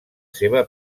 seva